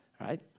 right